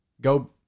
go